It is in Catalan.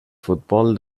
futbol